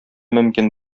мөмкин